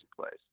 place